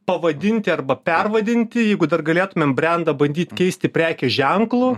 pavadinti arba pervadinti jeigu dar galėtumėm brendą bandyt keisti prekės ženklu